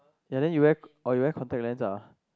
ya then you wear or you wear contact lens lah